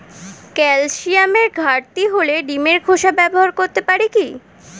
ক্যালসিয়ামের ঘাটতি হলে ডিমের খোসা ব্যবহার করতে পারি কি?